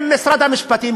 עם משרד המשפטים,